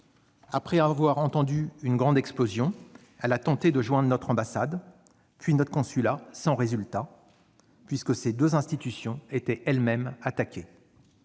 Après avoir entendu une grande explosion, celle-ci a tenté de joindre notre ambassade, puis notre consulat, sans résultat, puisque ces deux institutions étaient elles-mêmes attaquées.